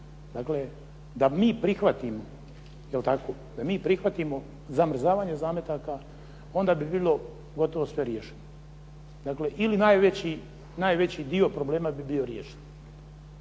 tako, da mi prihvatimo zamrzavanje zametaka onda bi bilo gotovo sve riješeno. Dakle ili najveći dio problema bi bio riješen.